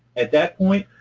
at that point,